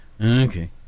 Okay